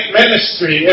ministry